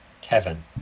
Kevin